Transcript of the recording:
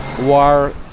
War